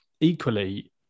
equally